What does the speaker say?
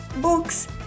books